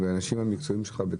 אני בקשר עם האנשים המקצועיים שלך.